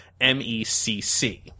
MECC